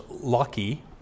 Lucky